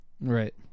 Right